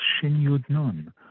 Shin-Yud-Nun